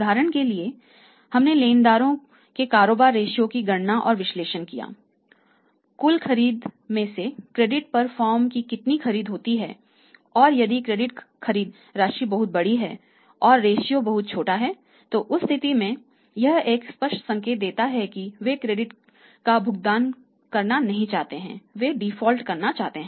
उदाहरण के लिए हमने लेनदारों के कारोबार रेश्यो बहुत छोटा है तो उस स्थिति में यह एक स्पष्ट संकेत है कि वे क्रेडिट का भुगतान करना नहीं चाहते है वे डिफ़ॉल्ट करना चाहते हैं